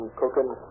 cooking